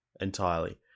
entirely